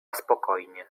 spokojnie